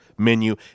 menu